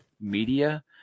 media